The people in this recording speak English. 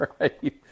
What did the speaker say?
right